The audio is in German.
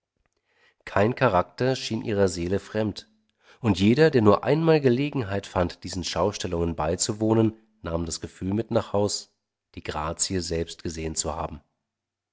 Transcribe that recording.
kein charakter schien ihrer seele fremd und jeder der nur einmal gelegenheit fand diesen schaustellungen beizuwohnen nahm das gefühl mit nach haus die grazie selbst gesehen zu haben